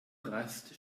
rast